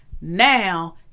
now